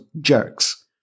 jerks